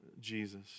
Jesus